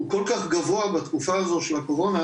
הוא כל כך גבוה בתקופה הזו של הקורונה,